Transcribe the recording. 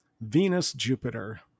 Venus-Jupiter